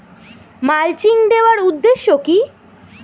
Mulching দেওয়ার উদ্দেশ্য কি?